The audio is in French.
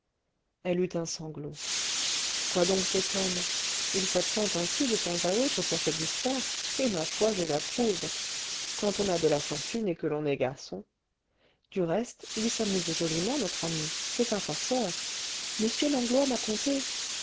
eut un sanglot quoi donc t'étonne il s'absente ainsi de temps à autre pour se distraire et ma foi je l'approuve quand on a de la fortune et que l'on est garçon du reste il s'amuse joliment notre ami c'est un farceur m langlois m'a conté